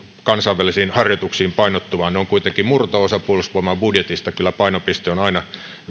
kansainvälisiin harjoituksiin painottuva ne ovat kuitenkin murto osa puolustusvoimien budjetista kyllä painopiste on aina